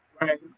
Right